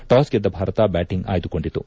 toss ಗೆದ್ದ Bharat batting ಆಯ್ದುಕೊಂಡಿತು